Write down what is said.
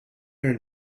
her